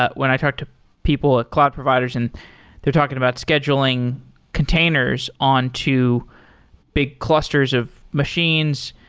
when i talk to people, ah cloud providers, and they're talking about scheduling containers on to big clusters of machines,